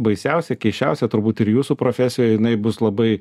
baisiausia keisčiausia turbūt ir jūsų profesijoj jinai bus labai